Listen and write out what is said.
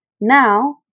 Now